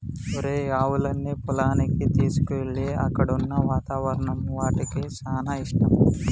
ఒరేయ్ ఆవులన్నీ పొలానికి తీసుకువెళ్ళు అక్కడున్న వాతావరణం వాటికి సానా ఇష్టం